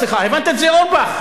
סליחה, הבנת את זה, אורבך?